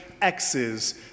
X's